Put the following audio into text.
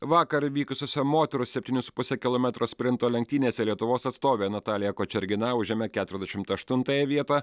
vakar vykusiose moterų septynių su puse kilometro sprinto lenktynėse lietuvos atstovė natalija kočergina užėmė keturiasdešimt aštuntąją vietą